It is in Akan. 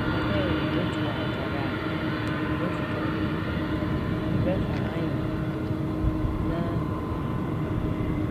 Epɛ dɛ etow atar a odzikan, ebɛfa "iron" na a